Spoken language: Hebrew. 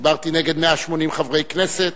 דיברתי נגד 180 חברי כנסת,